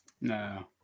No